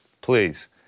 Please